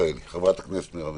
חברת הכנסת מרב מיכאלי.